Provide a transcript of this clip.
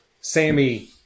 Sammy